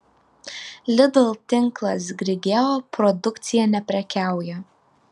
lidl tinklas grigeo produkcija neprekiauja